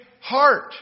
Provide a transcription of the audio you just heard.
heart